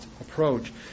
approach